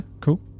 cool